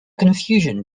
confusion